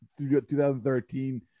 2013